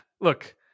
look